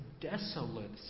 desolate